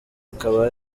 akaba